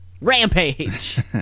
Rampage